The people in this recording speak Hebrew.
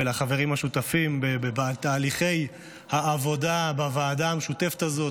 ולחברים השותפים בתהליכי העבודה בוועדה המשותפת הזאת,